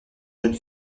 jeune